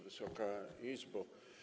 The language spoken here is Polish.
Wysoka Izbo!